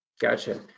Gotcha